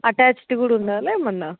attached కూడా ఉండాలా ఏమన్నా